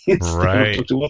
Right